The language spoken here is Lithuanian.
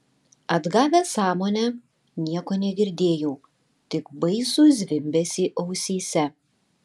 atgavęs sąmonę nieko negirdėjau tik baisų zvimbesį ausyse